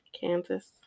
Kansas